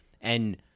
And-